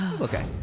Okay